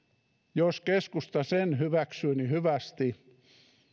jos keskusta sen hyväksyy niin hyvästi